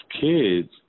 kids